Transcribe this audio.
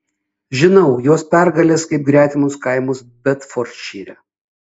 žinau jos pergales kaip gretimus kaimus bedfordšyre